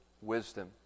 wisdom